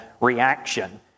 reaction